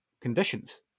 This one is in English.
conditions